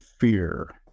Fear